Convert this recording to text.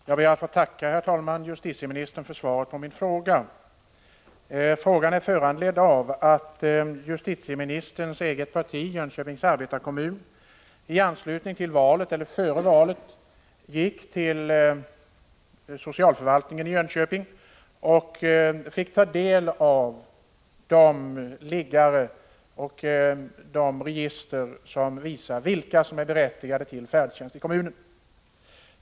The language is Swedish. Herr talman! Jag ber att få tacka justitieministern för svaret på min fråga. Frågan är föranledd av att en organisation inom justitieministerns eget parti, Jönköpings arbetarekommun, före valet gick till socialförvaltningen i Jönköping och fick ta del av liggare och register som visar vilka som är berättigade till färdtjänst i kommunen.